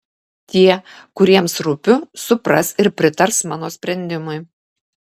tie kuriems rūpiu supras ir pritars mano sprendimui